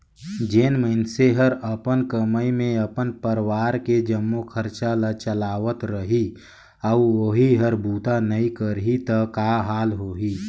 जेन मइनसे हर अपन कमई मे अपन परवार के जम्मो खरचा ल चलावत रही अउ ओही हर बूता नइ करही त का हाल होही